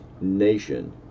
Nation